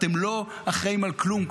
אתם כבר לא אחראים על כלום.